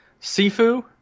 Sifu